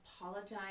apologize